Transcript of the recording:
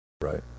right